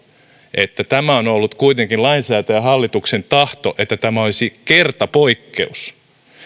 että tämä on ollut kuitenkin lainsäätäjän ja hallituksen tahto että tämä olisi kertapoikkeus